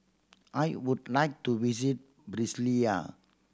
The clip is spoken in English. I would like to visit Brasilia